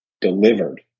delivered